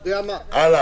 זה לא אמיתי.